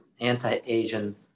anti-Asian